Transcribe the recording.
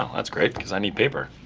um that's great because i need paper.